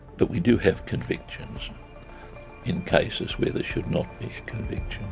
but we do have convictions in cases where there should not be a conviction.